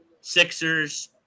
Sixers